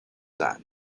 that